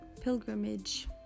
pilgrimage